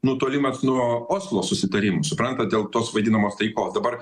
nutolimas nuo oslo susitarimų suprantat dėl tos vadinamos taikos dabar